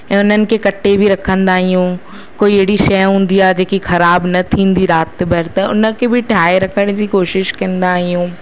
ऐं उन्हनि खे कटे बि रखंदा आहियूं कोई अहिड़ी शइ हूंदी आहे जेकी खराब न थींदी राति भर त उनखे बि ठाहे रखण जी कोशिशि कंदा आहियूं